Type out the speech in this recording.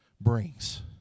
brings